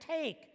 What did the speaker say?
take